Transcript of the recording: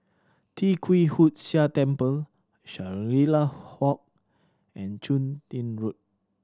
Tee Kwee Hood Sia Temple Shangri La Walk and Chun Tin Road